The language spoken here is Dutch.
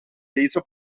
deze